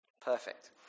Perfect